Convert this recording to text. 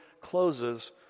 closes